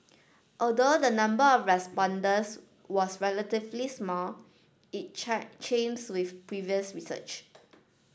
although the number of respondents was relatively small it check chimes with previous research